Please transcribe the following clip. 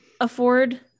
afford